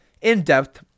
in-depth